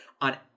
on